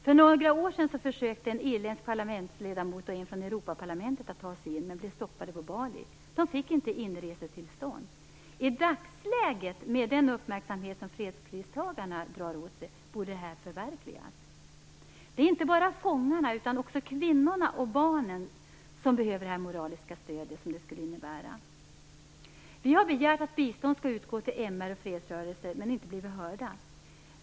För några år sedan försökte en irländsk parlamentsledamot och någon från Europaparlamentet att ta sig in, men blev stoppade på Bali. De fick inte inresetillstånd. I dagsläget, med tanke på den uppmärksamhet som fredspristagarna drar åt sig, borde detta kunna förverkligas. Det är inte bara fångarna utan också kvinnorna och barnen som behöver moraliskt stöd. Vi har begärt att bistånd skall utgå till MR och fredsrörelser, men inte blivit hörda.